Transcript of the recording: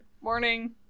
morning